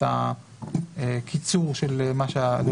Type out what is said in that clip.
צהריים טובים לכולם,